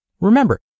Remember